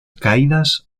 caídas